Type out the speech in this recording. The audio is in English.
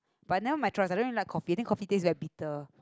but never choice I don't drink like coffee then coffee taste like bitter